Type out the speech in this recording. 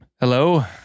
hello